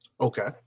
Okay